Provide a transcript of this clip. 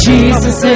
Jesus